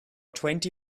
twenty